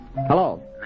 Hello